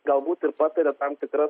galbūt ir patiria tam tikra